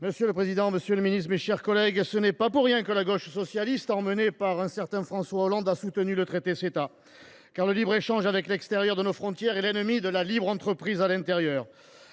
Monsieur le président, monsieur le ministre, mes chers collègues, ce n’est pas pour rien que la gauche socialiste, emmenée par un certain François Hollande, a soutenu le Ceta. Le libre échange avec l’extérieur de nos frontières est, en effet, l’ennemi de la libre entreprise à l’intérieur.